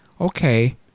okay